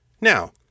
Now